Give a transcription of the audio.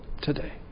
today